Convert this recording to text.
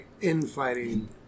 infighting